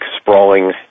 sprawling